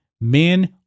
men